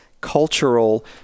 cultural